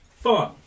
fun